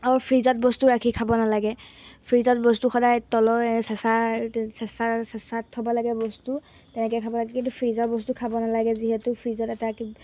আৰু ফ্ৰিজত বস্তু ৰাখি খাব নালাগে ফ্ৰিজত বস্তু সদায় তলৰ চেচা চেচা চেছাত থ'ব লাগে বস্তু তেনেকৈ খাব লাগে কিন্তু ফ্ৰিজৰ বস্তু খাব নালাগে যিহেতু ফ্ৰিজত এটা